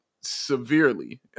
severely